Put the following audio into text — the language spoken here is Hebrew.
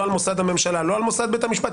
לא על מוסד הממשלה לא על מוסד בית המשפט.